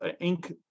ink